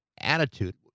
attitude